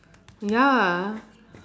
ya